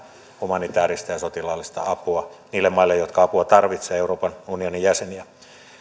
humanitääristä ja sotilaallista apua niille maille jotka apua tarvitsevat euroopan unionin jäseninä